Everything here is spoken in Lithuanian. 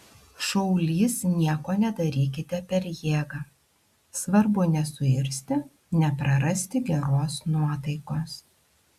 šaulys nieko nedarykite per jėgą svarbu nesuirzti neprarasti geros nuotaikos